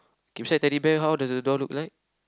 keep side Teddy Bear how does the door look like